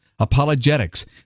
Apologetics